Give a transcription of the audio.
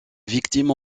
victimes